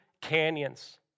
canyons